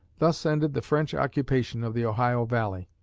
thus ended the french occupation of the ohio valley.